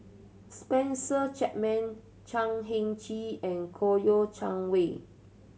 Spencer Chapman Chan Heng Chee and Koyo Chang Wei